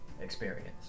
experience